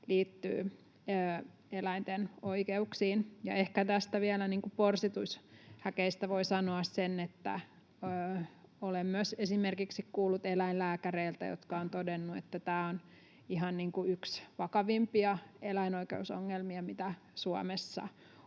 liittyvät eläinten oikeuksiin. Ehkä näistä porsitushäkeistä voi vielä sanoa sen, että olen myös esimerkiksi kuullut eläinlääkäreiltä, jotka ovat todenneet, että tämä on ihan yksi vakavimmista eläinoikeusongelmista, mitä Suomessa on,